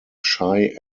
shai